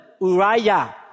Uriah